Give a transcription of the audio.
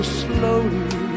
slowly